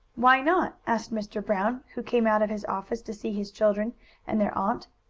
why not? asked mr. brown, who came out of his office to see his children and their aunt.